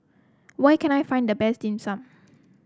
where can I find the best Dim Sum